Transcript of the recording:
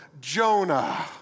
Jonah